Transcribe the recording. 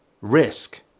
risk